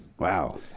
Wow